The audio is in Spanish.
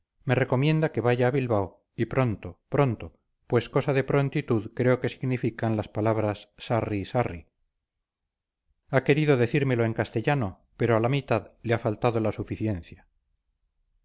me recomienda que vaya a bilbao y pronto pronto pues cosa de prontitud creo que significan las palabras sarri sarri ha querido decírmelo en castellano pero a la mitad le ha faltado la suficiencia